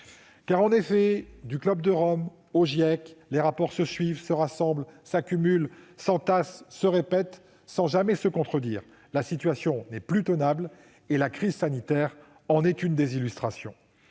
sur l'évolution du climat, le GIEC, les rapports se suivent et se ressemblent, s'accumulent, s'entassent et se répètent sans jamais se contredire : la situation n'est plus tenable, et la crise sanitaire en est l'une des illustrations.